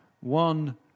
One